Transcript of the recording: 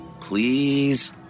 Please